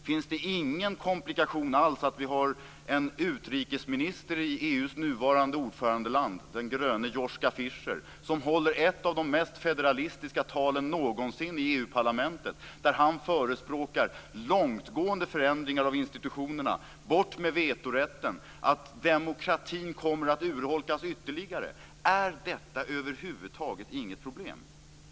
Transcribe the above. Finns det ingen komplikation alls att vi har en utrikesminister i EU:s nuvarande ordförandeland, den gröne Joschka Fischer, som håller ett av de mest federalistiska talen någonsin i EU-parlamentet där han förespråkar långtgående förändringar av institutionerna, dvs. bort med vetorätten och att demokratin kommer att urholkas ytterligare? Är detta över huvud taget inget problem?